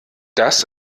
das